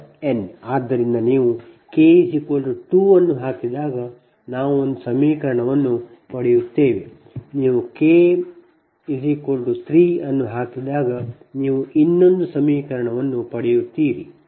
ಆದ್ದರಿಂದ ನೀವು k 2 ಅನ್ನು ಹಾಕಿದಾಗ ನಾವು ಒಂದು ಸಮೀಕರಣವನ್ನು ಪಡೆಯುತ್ತೇವೆ ನೀವು k 3 ಅನ್ನು ಹಾಕಿದಾಗ ನೀವು ಇನ್ನೊಂದು ಸಮೀಕರಣವನ್ನು ಪಡೆಯುತ್ತೀರಿ